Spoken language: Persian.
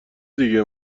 دیگه